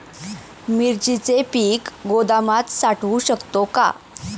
मिरचीचे पीक गोदामात साठवू शकतो का?